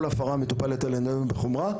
כל הפרה מטופלת על ידנו בחומרה,